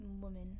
woman